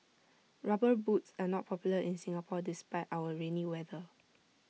rubber boots are not popular in Singapore despite our rainy weather